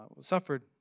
suffered